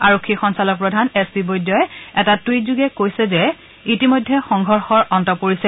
আৰক্ষী সঞ্চালকপ্ৰধান S P বৈদ্যই এটা টুইটযোগে কৈছে যে ইতিমধ্যে সংঘৰ্ষৰ অন্ত পৰিছে